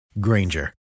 Granger